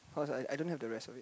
cause I I don't have the rest of it